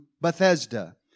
Bethesda